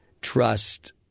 trust